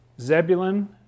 Zebulun